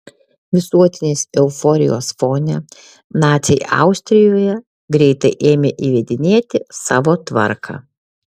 visuotinės euforijos fone naciai austrijoje greitai ėmė įvedinėti savo tvarką